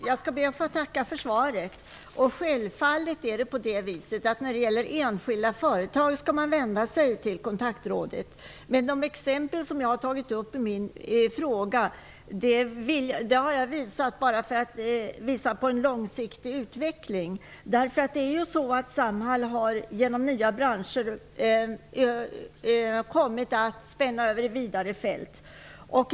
Fru talman! Jag tackar för svaret. Enskilda företag skall självfallet vända sig till Kontaktrådet. Men de exempel som jag gav i min fråga tog jag upp bara för att visa på en långsiktig utveckling. Samhall har ju genom nya branscher kommit att spänna över ett vidare fält.